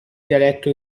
dialetto